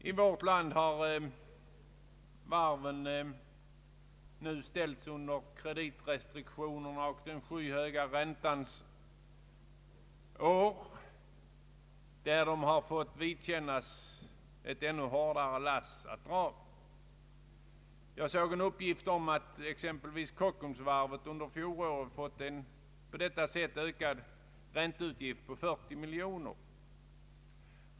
I vårt land har varven nu genom kreditrestriktionerna och den skyhöga räntan fått ett ännu tyngre lass att dra. Jag såg en uppgift om att Kockumsvarvet under fjolåret fått en på detta sätt ökad ränteutgift på 40 miljoner.